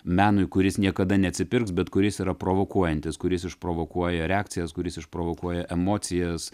menui kuris niekada neatsipirks bet kuris yra provokuojantis kuris išprovokuoja reakcijas kuris išprovokuoja emocijas